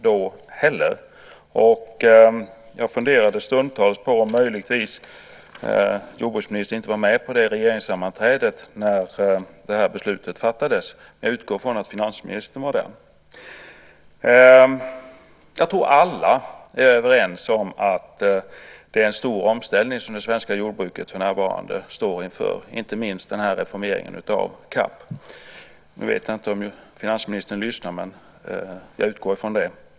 Jag har stundtals funderat på om jordbruksministern möjligtvis inte var med på det regeringssammanträde där det här beslutet fattades - jag utgår från att finansministern var där. Jag tror att alla är överens om att det är en stor omställning som det svenska jordbruket för närvarande står inför. Inte minst gäller det reformeringen av CAP. Jag vet inte om finansministern lyssnar nu; jag utgår från det.